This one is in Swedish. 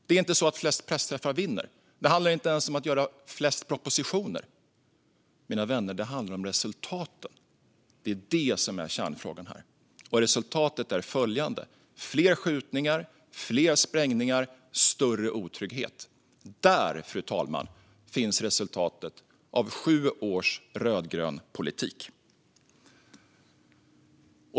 Det är inte så att flest pressträffar vinner. Det handlar inte ens om att lägga fram flest propositioner. Det handlar om resultaten, mina vänner. Det är kärnfrågan här. Resultatet är följande: Fler skjutningar, fler sprängningar och större otrygghet. Där, fru talman, finns resultatet av sju års rödgrön politik.